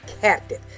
captive